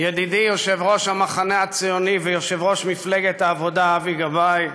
ידידי יושב-ראש המחנה הציוני ויושב-ראש מפלגת העבודה אבי גבאי,